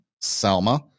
Selma